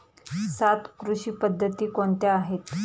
सात कृषी पद्धती कोणत्या आहेत?